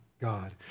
God